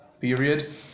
period